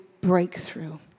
breakthrough